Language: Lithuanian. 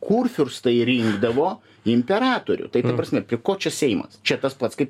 kurfiurstai rinkdavo imperatorių tai ta prasme ko čia seimas čia tas pats kaip